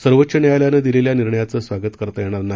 सर्वोच्च न्यायालयानं दिलेल्या निर्णयाचे स्वागत करता येणार नाही